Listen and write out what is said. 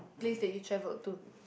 place that you travelled to